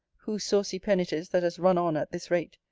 whose saucy pen it is that has run on at this rate,